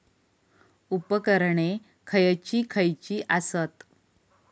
उपकरणे खैयची खैयची आसत?